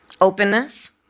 openness